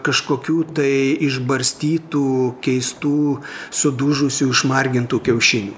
kažkokių tai išbarstytų keistų sudužusių išmargintų kiaušinių